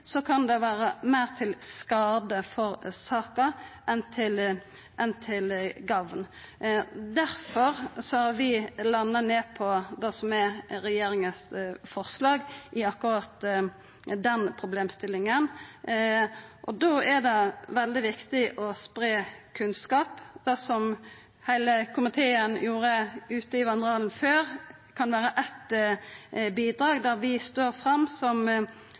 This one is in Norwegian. kan det vera meir til skade for saka enn til gagn. Derfor har vi landa på det som er regjeringa sitt forslag i akkurat den problemstillinga. Då er det veldig viktig å spreia kunnskap. Det som heile komiteen gjorde ute i vandrehallen, kan vera eitt bidrag, der vi står fram som